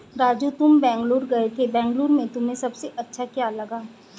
राजू तुम बेंगलुरु गए थे बेंगलुरु में तुम्हें सबसे अच्छा क्या लगा?